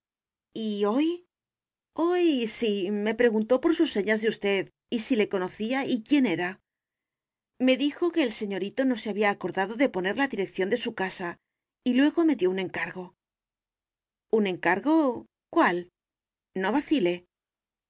hoy hoy sí me preguntó por sus señas de usted y si le conocía y quién era me dijo que el señorito no se había acordado de poner la dirección de su casa y luego me dio un encargo un encargo cuál no vacile